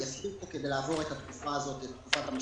זו הצעת חוק